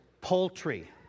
poultry